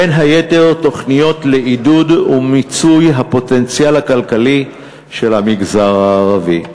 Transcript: בין היתר תוכניות לעידוד ומיצוי הפוטנציאל הכלכלי של המגזר הערבי.